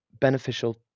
beneficial